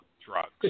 drugs